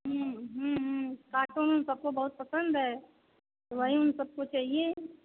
cartoon सबको बहुत पसंद है तो वही उन सबको चाहिए